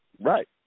Right